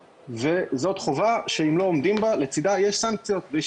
זאת חובה שאם לא עומדים בה לצדה יש סנקציות ויש